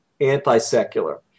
anti-secular